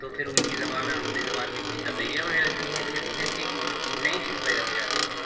تو پھر ان کی زبان اور اردو زبان میں کچھ تبدیلیاں ہونے لگتی ہیں پھرپھر ایک نئی چیز پیدا ہوجاتی ہے